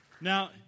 Now